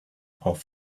off